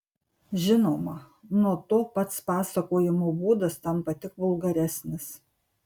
žinoma nuo to pats pasakojimo būdas tampa tik vulgaresnis